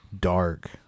dark